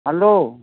hello